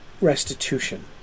restitution